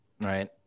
right